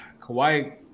Kawhi